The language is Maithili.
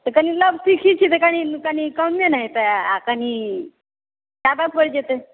तऽ कनि नवसिखी छी तऽ कनि कम नहि ने हेतै आ कनि आदत पड़ि जेतै